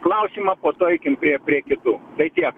klausimą po to eikim prie prie kitų tai tiek